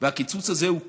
הקיצוץ הזה הוא קשה,